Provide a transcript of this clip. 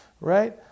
right